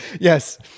yes